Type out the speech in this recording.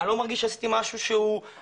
אני לא מרגיש שעשיתי משהו הרואי,